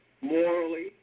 morally